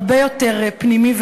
הרבה יותר פנימי.